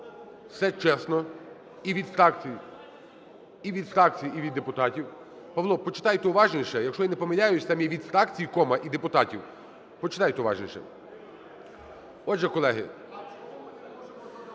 Все чесно. І від фракцій, і від депутатів. Павло, почитайте уважніше. Якщо я не помиляюся, там є від фракцій, (кома) і депутатів. Почитайте уважніше. Отже, колеги…